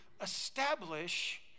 establish